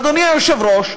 אדוני היושב-ראש,